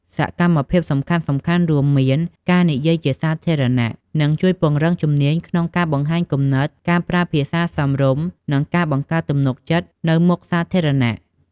សកម្មភាពសំខាន់ៗរួមមាន ការនិយាយជាសាធារណៈ និងជួយពង្រឹងជំនាញក្នុងការបង្ហាញគំនិត ការប្រើភាសាសមរម្យ និងការបង្កើតទំនុកចិត្តនៅមុខសាធារណៈ។